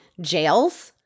Jail's